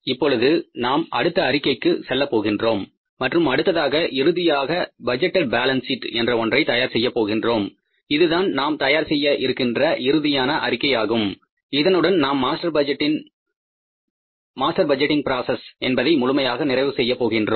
இப்பொழுது நாம் அடுத்த அறிக்கைக்கு செல்லப் போகின்றோம் மற்றும் அடுத்ததாக இறுதியாக பட்ஜெட்டேட் பாலன்ஸ் சீட் என்ற ஒன்றை தயார்செய்ய போகின்றோம் இதுதான் நாம் தயார்செய்ய இருக்கின்ற இறுதியான அறிக்கை ஆகும் இதனுடன் நாம் மாஸ்டர் பட்ஜெட்டிங் ப்ராசஸ் என்பதை முழுமையாக நிறைவு செய்யப் போகின்றோம்